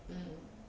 um